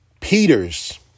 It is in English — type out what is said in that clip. Peter's